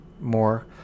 more